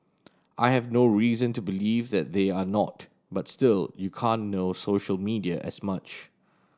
I have no reason to believe that they are not but still you can't know social media as much